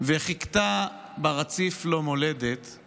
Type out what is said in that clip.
וחיכתה ברציף לו מולדת /